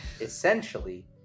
essentially